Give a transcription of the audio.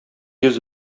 йөз